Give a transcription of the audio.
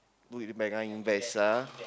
put in bank ah invest ah